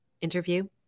interview